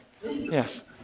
Yes